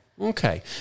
Okay